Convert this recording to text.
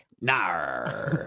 No